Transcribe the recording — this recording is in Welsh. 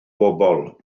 bobl